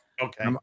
Okay